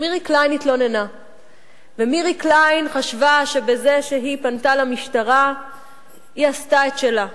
מירי קליין חשבה שבזה שהיא פנתה למשטרה היא עשתה את שלה.